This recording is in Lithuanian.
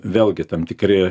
vėlgi tam tikri